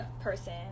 person